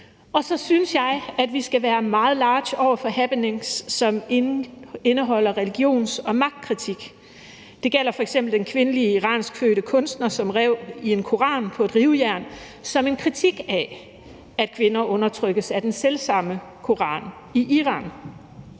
sig. Så synes jeg, at vi skal være meget large over for happenings, som indeholder religions- og magtkritik. Det gælder f.eks. den kvindelige iranskfødte kunstner, som rev en koran på et rivejern som en kritik af, at kvinder undertrykkes af den selv samme koran i Iran.